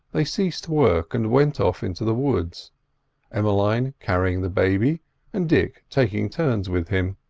they ceased work and went off into the woods emmeline carrying the baby and dick taking turns with him.